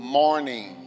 morning